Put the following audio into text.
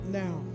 now